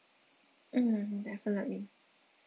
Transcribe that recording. mm definitely